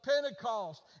Pentecost